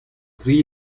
tri